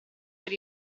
per